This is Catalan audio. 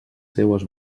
seues